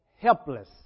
helpless